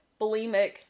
bulimic